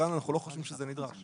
כאן אנחנו לא חושבים שזה נדרש.